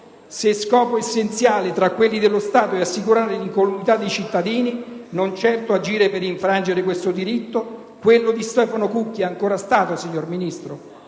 se scopo essenziale tra quelli dello Stato è assicurare l'incolumità ai cittadini, non certo agire per infrangere questo diritto, quello di Stefano Cucchi è ancora Stato, signor Ministro?